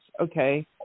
okay